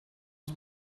aus